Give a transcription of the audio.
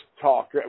talk